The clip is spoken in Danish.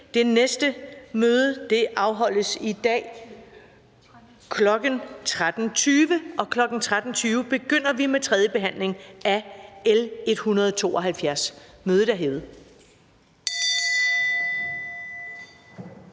Det næste møde afholdes i dag, kl. 13.20, hvor vi begynder med tredjebehandlingen af L 172. Mødet er hævet.